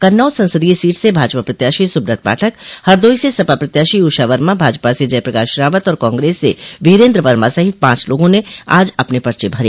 कन्नौज संसदीय सीट से भाजपा प्रत्याशी सुब्रत पाठक हरदोई से सपा प्रत्याशी ऊषा वर्मा भाजपा से जय प्रकाश रावत और कांग्रेस से वीरेन्द्र वर्मा सहित पांच लोगों ने आज अपने पच भर